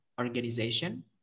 organization